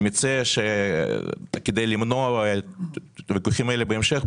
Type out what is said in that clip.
אני מציע שכדי למנוע את הוויכוחים האלה בהמשך,